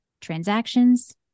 transactions